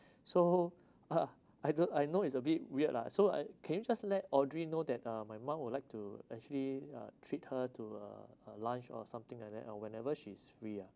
so uh I don't I know it's a bit weird lah so I can you just led audrey know that uh my mum would like to actually uh treat her to a a lunch or something like that or whenever she is free ah